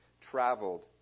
traveled